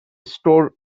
store